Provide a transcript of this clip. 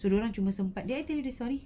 dia orang cuma sempat did I tell you the story